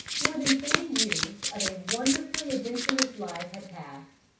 more than forty years of a wonderfully adventurous life had passed,